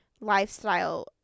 lifestyle